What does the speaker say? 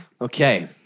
Okay